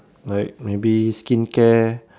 like maybe skincare